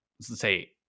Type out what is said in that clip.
say